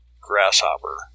grasshopper